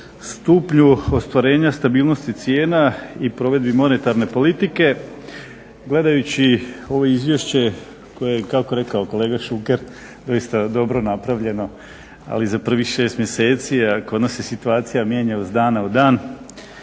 stupnju ostvarenja stabilnosti cijena i provedbi monetarne politike. Gledajući ovo izvješće koje je kako je rekao kolega Šuker doista dobro napravljeno ali za prvih šest mjeseci, a kod nas se situacija mijenja iz dana u dan.